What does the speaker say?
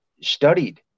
studied